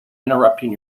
interrupting